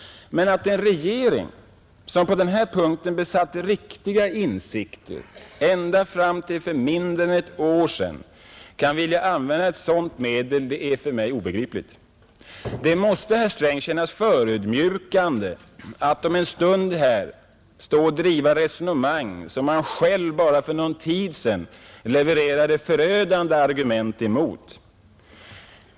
Men att en regering, som på denna punkt besatt riktiga insikter ända fram till för mindre än ett år sedan, kan vilja använda ett sådant medel är obegripligt. Det måste, herr Sträng, kännas förödmjukande att om en stund stå här och driva resonemang, som man själv bara för någon tid sedan levererade förödande argument emot.